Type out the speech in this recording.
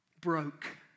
broke